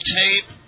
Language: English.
tape